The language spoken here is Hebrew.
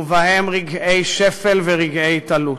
ובה רגעי שפל ורגעי התעלות.